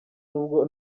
nubwo